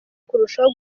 kurushaho